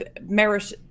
Merit